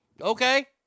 Okay